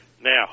Now